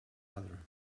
other